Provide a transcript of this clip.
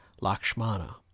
Lakshmana